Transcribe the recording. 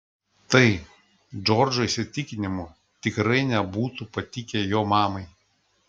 tai džordžo įsitikinimu tikrai nebūtų patikę jo mamai